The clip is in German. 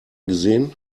gesehen